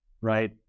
right